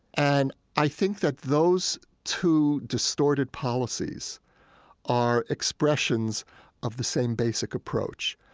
and i think that those two distorted policies are expressions of the same basic approach,